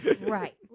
Right